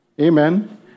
Amen